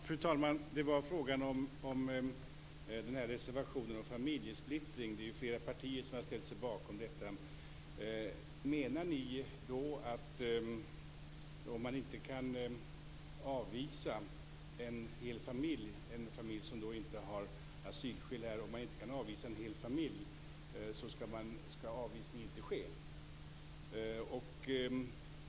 Fru talman! Det gäller frågan om reservationen om familjesplittring. Det är ju flera partier som har ställt sig bakom den. Menar ni att om man inte kan avvisa en hel familj som inte har asylskäl, så skall avvisning inte ske?